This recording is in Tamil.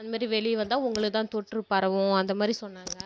அந்த மாரி வெளியே வந்தால் உங்களுக்கு தான் தொற்று பரவும் அந்த மாதிரி சொன்னாங்க